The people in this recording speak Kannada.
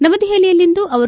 ನವದೆಹಲಿಯಲ್ಲಿಂದು ಅವರು